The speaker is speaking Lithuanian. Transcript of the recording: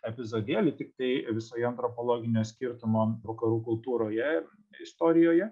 epizodėlį tiktai visoje antropologinio skirtumo vakarų kultūroje istorijoje